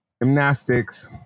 Gymnastics